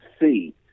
see